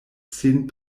sin